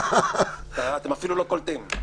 אתם אפילו לא קולטים.